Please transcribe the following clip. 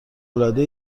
العاده